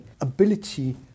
ability